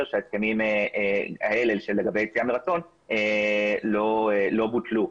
שההסכמים האלה לגבי יציאה מרצון לא בוטלו,